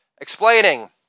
Explaining